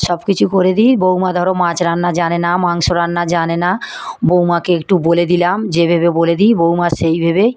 সব কিছু করে দিই বউমা ধর মাছ রান্না জানে না মাংস রান্না জানে না বউমাকে একটু বলে দিলাম যেভাবে বলে দিই বউমা সেই ভাবে